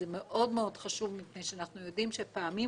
זה מאוד חשוב מפני שאנחנו יודעים שפעמים